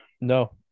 No